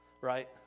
Right